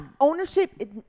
ownership